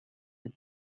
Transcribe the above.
the